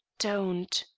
don't,